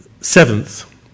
seventh